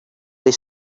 they